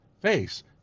face